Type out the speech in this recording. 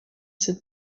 sind